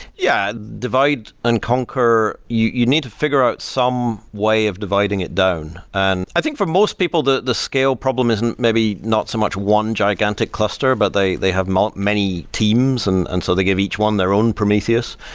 yeah, divide and conquer. you need to figure out some way of dividing it down, and i think for most people the the scale problem is and maybe not so much one gigantic cluster, but they they have many teams. and and so they give each one their own prometheus,